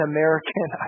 American